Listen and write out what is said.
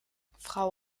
frau